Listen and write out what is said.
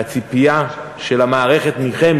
והציפייה של המערכת מכם,